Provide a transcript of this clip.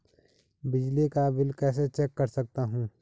बिजली का बिल कैसे चेक कर सकता हूँ?